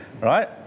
right